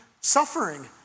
suffering